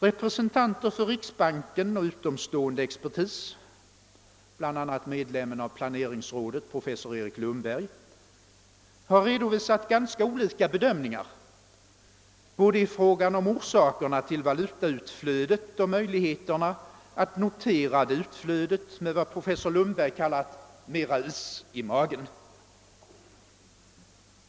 Representanter för riksbanken och utomstående expertis, bl.a. medlemmen av planeringsrådet professor Erik Lundberg, har redovisat ganska olika bedömningar både i fråga om orsakerna till valutautflödet och i fråga om möjligheterna att notera detta utflöde med »mera is i magen», såsom professor Lundberg uttryckt saken.